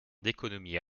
d’économies